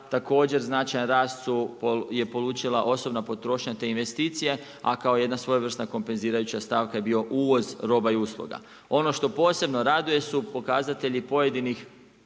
također, značajan rast je polučila osobna potrošnja te investicije, a kao jedna svojevrsna kompenzirajuća stavaka, je bio uvoz roba i usluga. Ono što posebno raduje su pokazatelji pojedinih